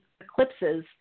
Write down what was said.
eclipses